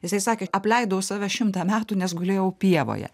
jisai sakė apleidau save šimtą metų nes gulėjau pievoje